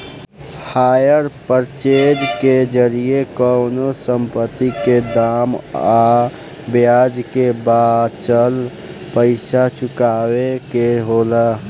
hire purchase के जरिया कवनो संपत्ति के दाम आ ब्याज के बाचल पइसा चुकावे के होला